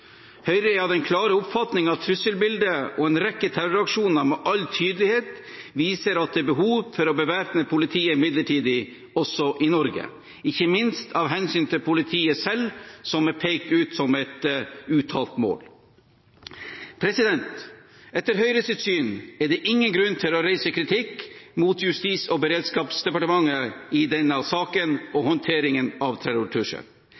Høyre er av den klare oppfatning at trusselbildet og en rekke terroraksjoner med all tydelighet viser at det er behov for å bevæpne politiet midlertidig også i Norge, ikke minst av hensyn til politiet selv, som er pekt ut som et uttalt mål. Etter Høyres syn er det ingen grunn til å reise kritikk mot Justis- og beredskapsdepartementet i denne saken og håndteringen av